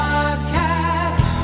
Podcast